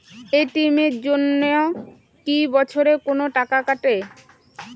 ATM এর জন্যে কি বছরে কোনো টাকা কাটে?